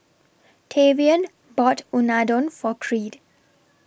Tavion bought Unadon For Creed